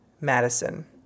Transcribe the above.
Madison